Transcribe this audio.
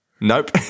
Nope